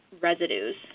residues